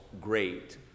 great